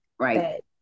right